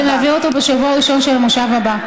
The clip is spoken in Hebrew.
ונעביר אותו בשבוע הראשון של המושב הבא.